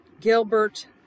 gilbert